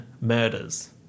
murders